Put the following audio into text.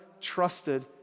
trusted